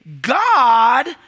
God